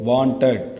Wanted